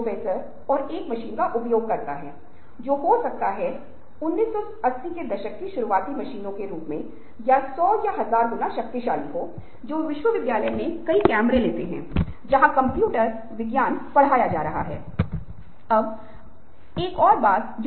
इसलिए वे अधिक अर्जित करने के लिए शायद वे ओवरटाइम कर रहे हैं और आपके पास इसके लिए सबूत हैं